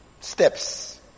Steps